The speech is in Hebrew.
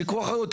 שייקחו אחריות.